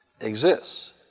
exists